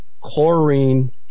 Chlorine